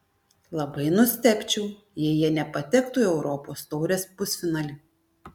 labai nustebčiau jei jie nepatektų į europos taurės pusfinalį